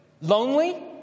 Lonely